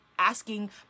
asking